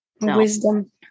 Wisdom